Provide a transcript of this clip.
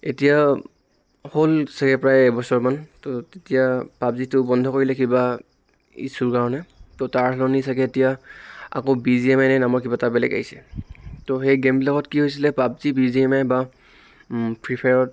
এতিয়া হ'ল চাগে প্ৰায় এবছৰমান ত' তেতিয়া পাবজিটো বন্ধ কৰিলে কিবা ইছ্যুৰ কাৰণে ত' তাৰ সলনি চাগে এতিয়া আকৌ বি জি এম আই নে নামৰ কিবা এটা বেলেগ আহিছে ত' সেই গেমবিলাকত কি হৈছিলে পাবজি বি জি এমে আই বা ফ্ৰী ফায়াৰত